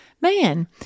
Man